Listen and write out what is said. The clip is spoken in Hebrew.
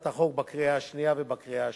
החוק בקריאה השנייה ובקריאה השלישית.